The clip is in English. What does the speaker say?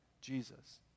Jesus